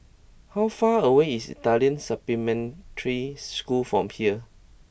how far away is Italian Supplementary School from here